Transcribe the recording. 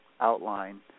outline